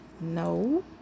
No